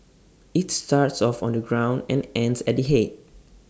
IT starts off on the ground and ends at the Head